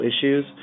issues